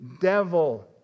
devil